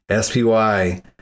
SPY